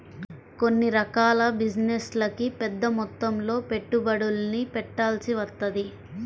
కొన్ని రకాల బిజినెస్లకి పెద్దమొత్తంలో పెట్టుబడుల్ని పెట్టాల్సి వత్తది